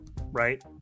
right